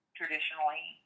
traditionally